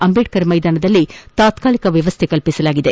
ಅಂಬೇಡ್ಕರ್ ಮೈದಾನದಲ್ಲಿ ತಾತ್ಕಾಲಿಕ ವ್ಯವಸ್ಥೆ ಮಾಡಲಾಗಿದೆ